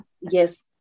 Yes